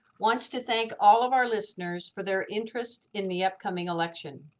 wants to thank all of our listeners for their interest in the upcoming election.